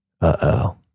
uh-oh